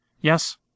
Yes